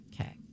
Okay